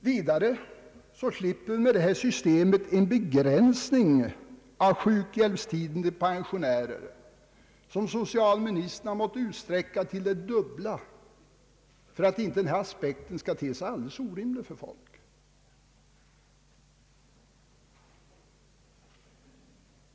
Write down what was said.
Vidare slipper vi med det av utredningen föreslagna systemet en begränsning av sjukhjälpstiden för pensionärer, som socialministern har måst utsträcka till den dubbla för att inte denna aspekt skall te sig alldeles orimlig för folk.